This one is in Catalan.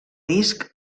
disc